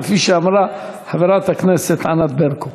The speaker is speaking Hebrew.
כפי שאמרה חברת הכנסת ענת ברקו.